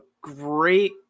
great